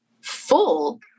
full